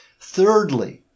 Thirdly